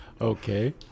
Okay